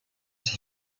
ses